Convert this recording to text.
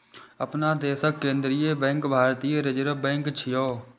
अपना देशक केंद्रीय बैंक भारतीय रिजर्व बैंक छियै